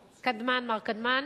קדמן, מר קדמן,